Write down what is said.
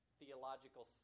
theological